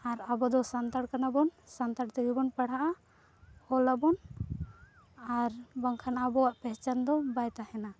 ᱟᱨ ᱟᱵᱚᱫᱚ ᱥᱟᱱᱛᱟᱲ ᱠᱟᱱᱟᱵᱚᱱ ᱥᱟᱱᱛᱟᱲ ᱛᱮᱜᱮᱵᱚᱱ ᱯᱟᱲᱦᱟᱜᱼᱟ ᱚᱞᱟᱵᱚᱱ ᱟᱨ ᱵᱟᱝᱠᱷᱟᱱ ᱟᱵᱚᱣᱟᱜ ᱯᱮᱦᱪᱟᱱ ᱫᱚ ᱵᱟᱭ ᱛᱟᱦᱮᱱᱟ